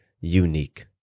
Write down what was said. unique